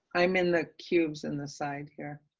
i'm in the cubes in the slide here.